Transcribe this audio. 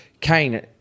Kane